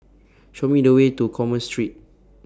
Show Me The Way to Commerce Street